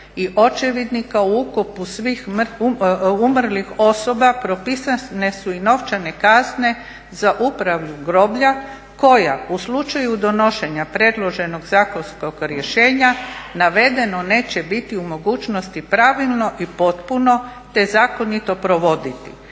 i očevidnika o ukopu svih umrlih osoba propisane su i novčane kazne za upravu groblja koja u slučaju donošenja predloženog zakonskog rješenja navedeno neće biti u mogućnosti pravilno i potpuno te zakonito provoditi,